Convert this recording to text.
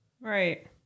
Right